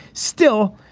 still,